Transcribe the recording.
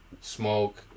Smoke